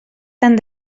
tant